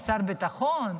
שר הביטחון.